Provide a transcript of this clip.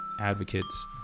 advocates